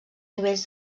nivells